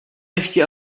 ještě